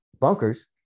bunkers